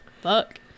fuck